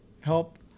help